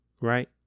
Right